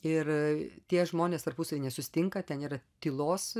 ir tie žmonės tarpusavyje nesusitinka ten yra tylos